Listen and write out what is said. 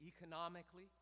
economically